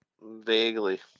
Vaguely